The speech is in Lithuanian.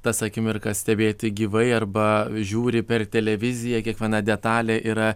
tas akimirkas stebėti gyvai arba žiūri per televiziją kiekviena detalė yra